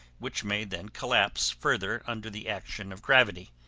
which may then collapse further under the action of gravity.